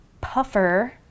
puffer